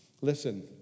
Listen